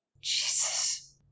Jesus